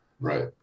Right